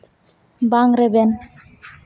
ᱵᱟᱝ ᱨᱮᱵᱮᱱ